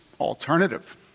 alternative